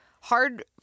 hard